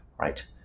right